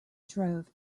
drove